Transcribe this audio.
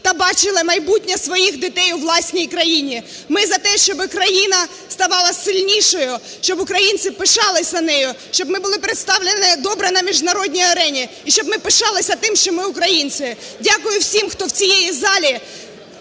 та бачили майбутнє своїх дітей у власній країні. Ми за те, щоби країна ставала сильнішою, щоб українці пишалися нею, щоб ми були представлені добре на міжнародній арені і щоб ми пишалися тим, що ми українці. Дякую всім, хто в цій залі